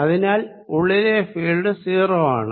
അതിനാൽ ഉള്ളിലെ ഫീൽഡ് 0 ആണ്